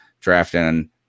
drafting